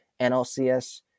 NLCS